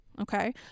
Okay